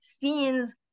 scenes